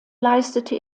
leistete